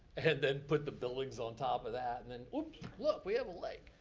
and then put the buildings on top of that, and then, oops, look, we have a lake.